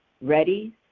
Ready